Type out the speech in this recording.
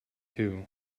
too